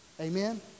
Amen